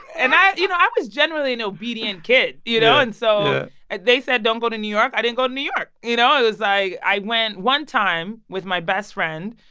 and i you know i was generally an obedient kid, you know? and so if they said, don't go to new york, i didn't go to new york. you know, it was like i went one time with my best friend,